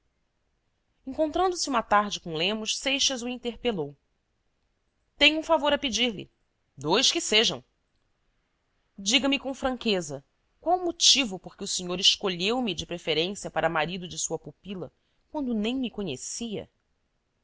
encontrando-se uma tarde com lemos seixas o interpelou tenho um favor a pedir-lhe dois que sejam diga-me com franqueza qual o motivo por que o senhor escolheu me de preferência para marido de sua pupila quando nem me conhecia